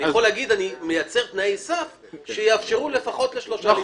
אני יכול להגיד שאני מייצר תנאי סף כאלה שיאפשרו לפחות לשלושה להתמודד.